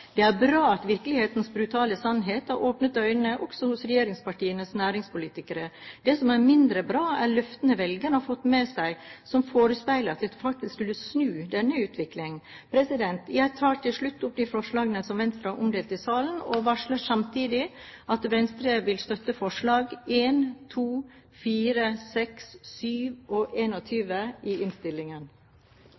Det er bra at virkelighetens brutale sannhet har åpnet øynene også hos regjeringspartienes næringspolitikere. Det som er mindre bra, er løftene velgerne har fått med seg, hvor det ble forespeilet at man faktisk skulle snu denne utviklingen. Jeg tar til slutt opp de forslagene fra Venstre som er omdelt i salen, og varsler samtidig at Venstre vil støtte forslagene nr. 1, 2, 4, 6, 7 og